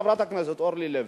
חברת הכנסת אורלי לוי.